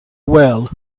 well